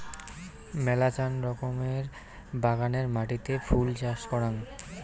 মেলাচান রকমের বাগানের মাটিতে ফুল চাষ করাং